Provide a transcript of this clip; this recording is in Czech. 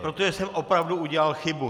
Protože jsem opravdu udělal chybu.